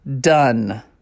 done